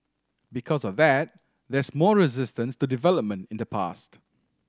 because of that there's more resistance to development in the past